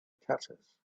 tatters